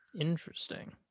interesting